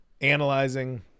analyzing